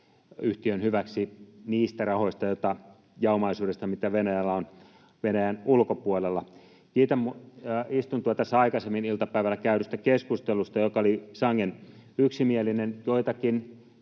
yhtiön hyväksi niistä rahoista ja omaisuudesta, mitä Venäjällä on Venäjän ulkopuolella. Kiitän tässä istunnossa aikaisemmin iltapäivällä käydystä keskustelusta, joka oli sangen yksimielinen.